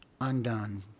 undone